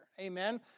Amen